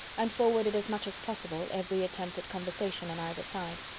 and forwarded as much as possible, every attempt at conversation on either side.